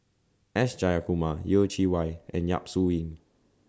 S Jayakumar Yeh Chi Wei and Yap Su Yin